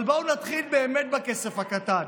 אבל בואו נתחיל באמת בכסף הקטן,